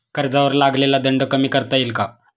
कर्जावर लागलेला दंड कमी करता येईल का?